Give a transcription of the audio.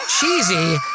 cheesy